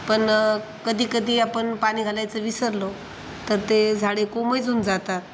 पण कधी कधी आपण पाणी घालायचं विसरलो तर ते झाडे कोमजून जातात